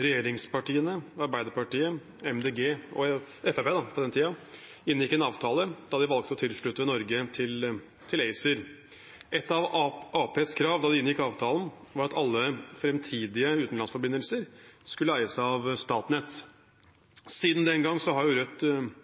Regjeringspartiene, Arbeiderpartiet, MDG og Fremskrittspartiet, på den tiden, inngikk en avtale da de valgte å tilslutte Norge til ACER. Et av Arbeiderpartiets krav da de inngikk avtalen, var at alle framtidige utenlandsforbindelser skulle eies av Statnett. Siden den gang har Rødt – egentlig